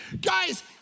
guys